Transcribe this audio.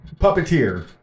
puppeteer